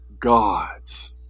gods